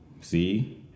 See